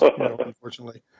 Unfortunately